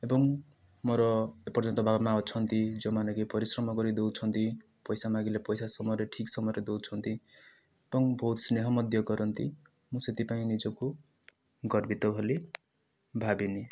ଏବଂ ମୋ'ର ଏପର୍ଯ୍ୟନ୍ତ ବାବା ମା' ଅଛନ୍ତି ଯେଉଁମାନେ କି ପରିଶ୍ରମ କରିଦେଉଛନ୍ତି ପଇସା ମାଗିଲେ ପଇସା ସମୟରେ ଠିକ ସମୟରେ ଦେଉଛନ୍ତି ଏବଂ ବହୁତ ସ୍ନେହ ମଧ୍ୟ୍ୟ କରନ୍ତି ମୁଁ ସେଥିପାଇଁ ନିଜକୁ ଗର୍ବିତ ବୋଲି ଭାବିନିଏ